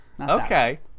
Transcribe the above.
Okay